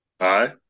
hi